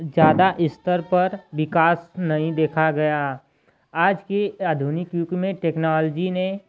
ज़्यादा स्तर पर विकास नहीं देखा गया आज के आधुनिक युग में टेक्नॉलजी ने